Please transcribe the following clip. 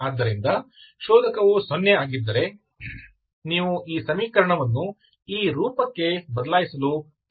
ಆದ್ದರಿಂದ ಶೋಧಕವು 0 ಆಗಿದ್ದರೆ ನೀವು ಈ ಸಮೀಕರಣವನ್ನು ಈ ರೂಪಕ್ಕೆ ಬದಲಾಯಿಸಲು ಪ್ರಯತ್ನಿಸುತ್ತೀರಿ